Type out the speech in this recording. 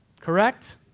correct